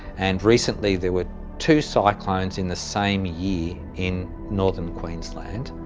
and recently there were two cyclones in the same year in northern queensland.